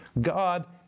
God